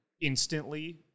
instantly